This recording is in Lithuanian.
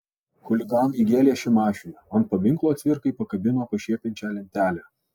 chuliganai įgėlė šimašiui ant paminklo cvirkai pakabino pašiepiančią lentelę